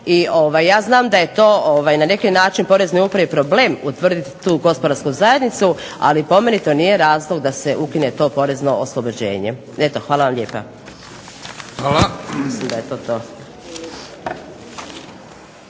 Ja znam da je to na neki način poreznoj upravi problem utvrditi tu gospodarsku zajednicu ali po meni nije to razlog da se ukine porezne oslobođenje. Hvala vam lijepa. **Bebić, Luka (HDZ)**